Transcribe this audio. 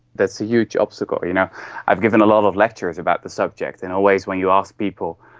that's a huge obstacle. you know i've given a lot of lectures about the subject, and always when you ask people,